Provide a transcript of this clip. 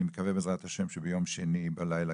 אני מקווה בעזרת השם שביום שני בלילה